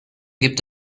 gibt